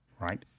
Right